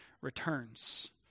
returns